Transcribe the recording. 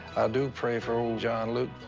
do pray for ol' john luke,